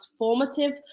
transformative